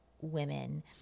women